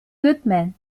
goodman